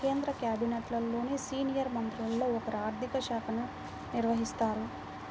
కేంద్ర క్యాబినెట్లోని సీనియర్ మంత్రుల్లో ఒకరు ఆర్ధిక శాఖను నిర్వహిస్తారు